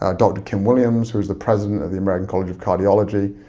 ah dr. kim williams, who's the president of the american college of cardiology.